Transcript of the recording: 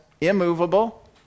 immovable